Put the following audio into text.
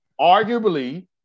arguably –